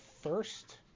first